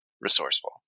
resourceful